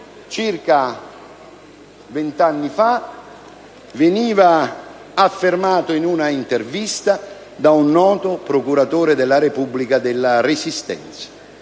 circa vent'anni fa, veniva affermato in un'intervista da un noto procuratore della Repubblica della Resistenza.